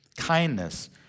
kindness